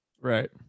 right